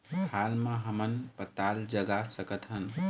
हाल मा हमन पताल जगा सकतहन?